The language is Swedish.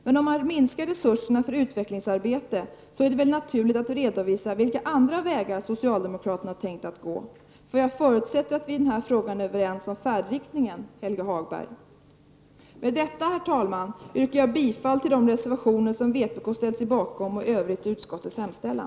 Men om ni minskar resurserna för utvecklingsarbete är det väl naturligt att redovisa vilka andra vägar socialdemokraterna har tänkt att gå. Jag förutsätter att vi i den här frågan är överens om färdriktningen, Helge Hagberg. Herr talman! Med detta yrkar jag bifall till de reservationer som vpk har ställt sig bakom och i övrigt till utskottets hemställan.